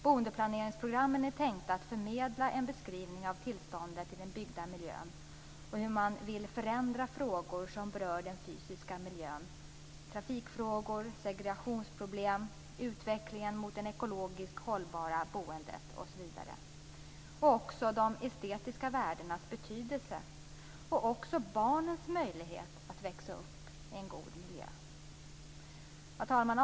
Boendeplaneringsprogrammen är tänkta att förmedla en beskrivning av tillståndet i den byggda miljön och hur man vill förändra frågor som berör den fysiska miljön, trafikfrågor, segregationsproblem, utvecklingen mot det ekologiskt hållbara boendet, liksom de estetiska värdenas betydelse och barnens möjlighet att växa upp i en god miljö. Herr talman!